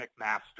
McMaster